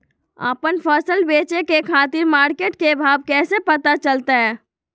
आपन फसल बेचे के खातिर मार्केट के भाव कैसे पता चलतय?